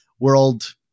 world